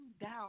down